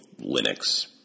Linux